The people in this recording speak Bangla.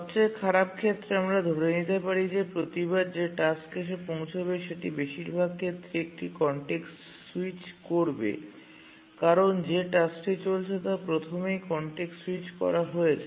সবচেয়ে খারাপ ক্ষেত্রে আমরা ধরে নিতে পারি যে প্রতিবার যে টাস্ক এসে পৌঁছবে সেটি বেশিরভাগ ক্ষেত্রে একটি কনটেক্সট স্যুইচ করবে কারণ যে টাস্কটি চলছে তা প্রথমেই কনটেক্সট স্যুইচ করা হয়েছে